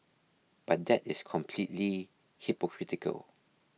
but that is completely hypocritical